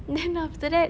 then after that